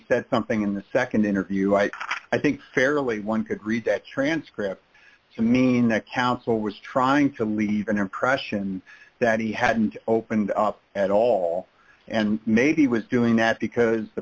said something in the nd interview i i think fairly one could read that transcript to mean that counsel was trying to leave an impression that he hadn't opened up at all and maybe he was doing that because the